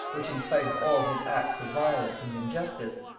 which, in spite of all his acts of violence and injustice,